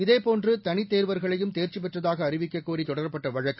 இதேபோன்று தனித்தேர்வர்களையும் தேர்ச்சி பெற்றதாக அறிவிக்கக் கோரி தொடரப்பட்ட வழக்கு